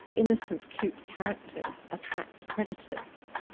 innocent, cute characters attract predators,